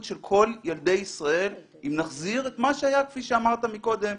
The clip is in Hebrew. של כל ילדי ישראל אם נחזיר את מה שהיה כפי שאמרת מקודם,